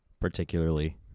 particularly